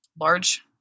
large